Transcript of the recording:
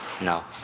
no